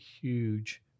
huge